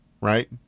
right